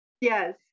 Yes